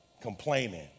Complaining